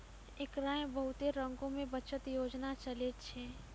एकरा मे बहुते रंगो के बचत योजना चलै छै